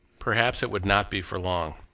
perhaps it would not be for long.